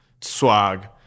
Swag